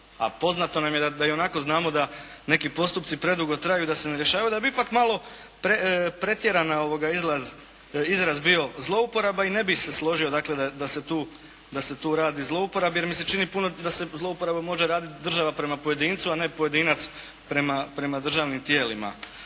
a poznato nam je da ionako znamo da neki postupci predugo traju i da se ne rješavaju i da bi ipak malo pretjerana izraz bio zlouporaba i ne bih se složio dakle da se tu radi o zlouporabi, jer mi se čini da se zlouporaba može raditi država prema pojedincu, a ne pojedinac prema državnim tijelima.